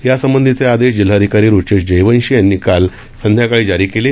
यासंबंधीचे आदेश जिल्हाधिकारी रुचेश जयवंशी यांनी काल संध्याकाळी जारी केले